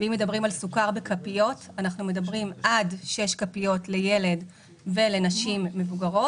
ואם מדברים על סוכר בכפיות מדברים עד שש כפיות לילד ולנשים מבוגרות,